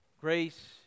Grace